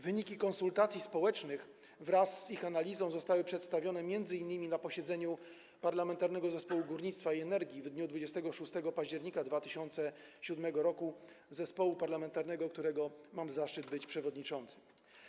Wyniki konsultacji społecznych wraz z ich analizą zostały przedstawione m.in. na posiedzeniu Parlamentarnego Zespołu Górnictwa i Energii w dniu 26 października 2017 r., zespołu parlamentarnego, którego mam zaszczyt być przewodniczącym.